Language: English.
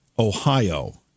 Ohio